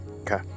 Okay